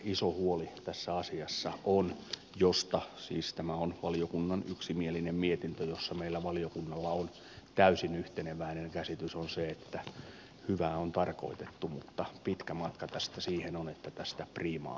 se iso huoli tässä asiassa siis tämä on valiokunnan yksimielinen mietintö jossa meillä valiokunnalla on täysin yhteneväinen käsitys on se että hyvää on tarkoitettu mutta pitkä matka tästä siihen on että tästä priimaa